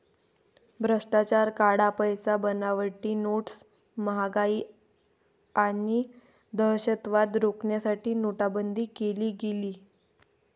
भ्रष्टाचार, काळा पैसा, बनावटी नोट्स, महागाई आणि दहशतवाद रोखण्यासाठी नोटाबंदी केली गेली